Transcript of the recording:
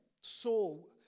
Saul